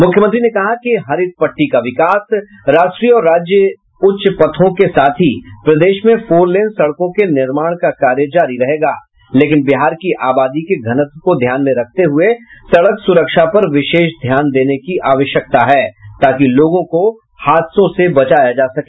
मुख्यमंत्री ने कहा कि हरित पट्टी का विकास राष्ट्रीय और राज्य उच्च पथों के साथ ही प्रदेश में फोर लेन सड़कों के निर्माण का कार्य जारी रहेगा लेकिन बिहार की आबादी के घनत्व को ध्यान में रखते हये सड़क स्रक्षा पर विशेष ध्यान देने की आवश्यकता है ताकि लोगों को हादसे से बचाया जा सके